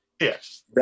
Yes